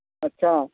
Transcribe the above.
अच्छा